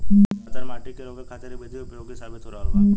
दहतर माटी के रोके खातिर इ विधि उपयोगी साबित हो रहल बा